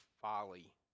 folly